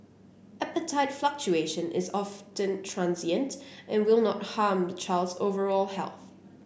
appetite fluctuation is often transient and will not harm the child's overall health